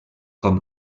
com